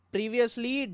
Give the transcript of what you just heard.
Previously